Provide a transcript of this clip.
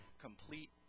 complete